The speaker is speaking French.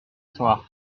soir